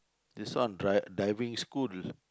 this one dri~ diving school